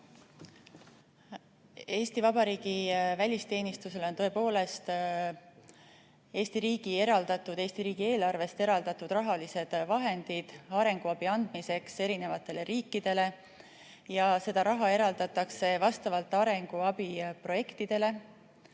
Eesti Vabariigi välisteenistusele on tõepoolest Eesti riigieelarvest eraldatud rahalised vahendid arenguabi andmiseks eri riikidele ja seda raha eraldatakse vastavalt arenguabiprojektidele.